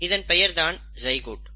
இதன் பெயர்தான் சைகோட்